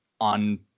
on